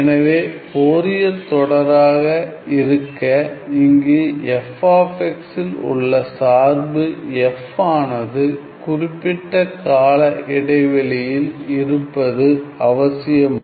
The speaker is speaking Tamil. எனவே ஃபோரியர் தொடராக இருக்க இங்கு f x இல் உள்ள சார்பு f ஆனது குறிப்பிட்ட கால இடைவெளியில் இருப்பது அவசியமாகும்